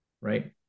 right